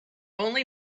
only